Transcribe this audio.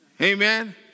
Amen